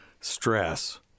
stress